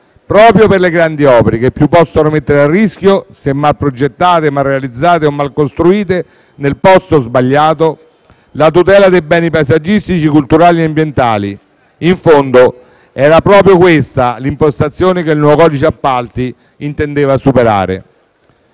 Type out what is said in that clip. proprio per le grandi opere, che più possono mettere a rischio, se mal progettate, mal realizzate o costruite nel posto sbagliato, la tutela dei beni paesaggistici, culturali e ambientali. In fondo era proprio questa impostazione che il nuovo codice appalti del 2016 intendeva superare.